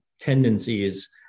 tendencies